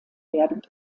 werden